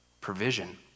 provision